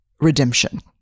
redemption